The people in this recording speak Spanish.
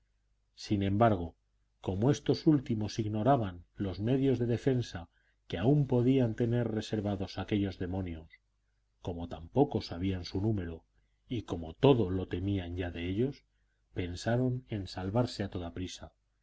sin embargo como estos últimos ignoraban los medios de defensa que aún podían tener reservados aquellos demonios como tampoco sabían su número y como todo lo temían ya de ellos pensaron en salvarse a toda prisa